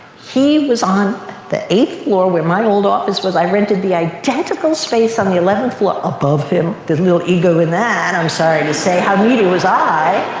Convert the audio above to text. he was on the eighth floor where my old office was. i rented the identical space on the eleventh floor above him, there's a little ego in that, i'm sorry to say. how needy was i?